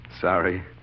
sorry